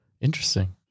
Interesting